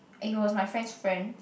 and he was my friend's friend